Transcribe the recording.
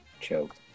choke